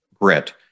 Grit